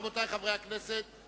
רבותי חברי הכנסת,